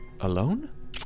alone